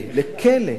לכלא, לכלא.